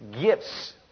gifts